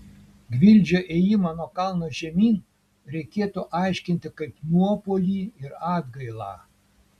gvildžio ėjimą nuo kalno žemyn reikėtų aiškinti kaip nuopuolį ir atgailą